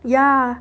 yeah